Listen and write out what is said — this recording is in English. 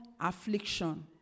affliction